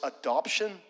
adoption